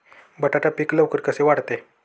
बटाटा पीक लवकर कसे वाढते?